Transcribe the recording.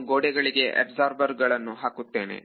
ನಾನು ಗೋಡೆಗಳಿಗೆ ಅಬ್ಸರ್ಬರ್ ಗಳನ್ನು ಹಾಕುತ್ತೇನೆ